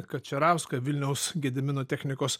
kačerauską vilniaus gedimino technikos